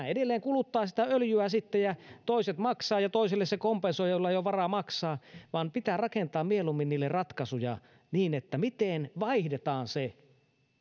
edelleen kuluttavat sitä öljyä sitten ja toiset maksavat ja toisille joilla ei ole varaa maksaa se kompensoidaan pitää rakentaa mieluummin niille ratkaisuja miten vaihdetaan